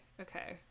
Okay